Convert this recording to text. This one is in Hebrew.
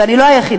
ואני לא היחידה,